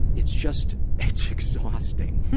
it's just, it's exhausting.